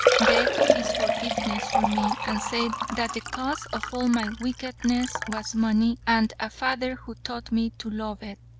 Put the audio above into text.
beg his forgiveness for me, and say that the cause of all my wickedness was money, and a father who taught me to love it.